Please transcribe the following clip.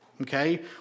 Okay